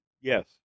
Yes